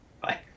Bye